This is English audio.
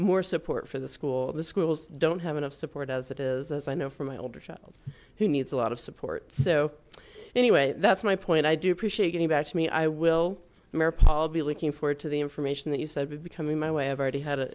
more support for the school the schools don't have enough support as it is as i know from my older child who needs a lot of support so anyway that's my point i do appreciate getting back to me i will remember paul be looking forward to the information that you said would become in my way i've already had a